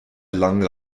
langen